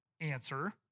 answer